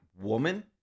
woman